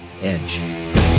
Edge